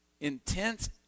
intense